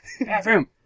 Bathroom